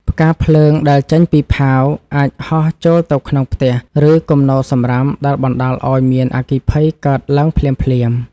ផ្កាភ្លើងដែលចេញពីផាវអាចហោះចូលទៅក្នុងផ្ទះ ឬគំនរសំរាមដែលបណ្តាលឱ្យមានអគ្គិភ័យកើតឡើងភ្លាមៗ។